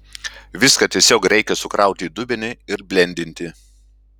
viską tiesiog reikia sukrauti į dubenį ir blendinti